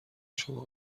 شما